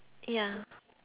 ya